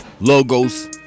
Logos